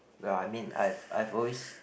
well I mean I've I've always